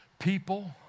People